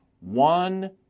One